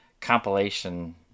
compilation